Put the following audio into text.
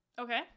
Okay